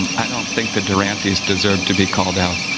and i don't think the durantys deserve to be called out.